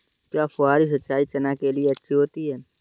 क्या फुहारी सिंचाई चना के लिए अच्छी होती है?